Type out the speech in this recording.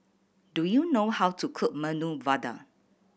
do you know how to cook Medu Vada